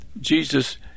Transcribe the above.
Jesus